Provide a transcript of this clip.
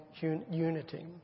unity